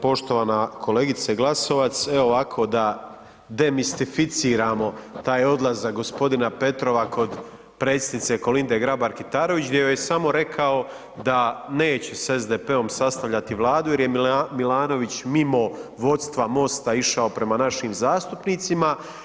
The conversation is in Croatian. Poštovana kolegice Glasovac, evo ovako da demistificiramo taj odlazak g. Petrova kod Predsjednice K. Grabar Kitarović gdje joj je samo rekao da neće sa SDP-om sastavljati Vladu jer je Milanović mimo vodstva MOST-a išao prema našim zastupnicima.